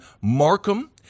Markham